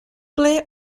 ble